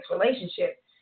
relationship